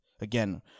again